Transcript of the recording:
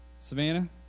Savannah